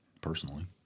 personally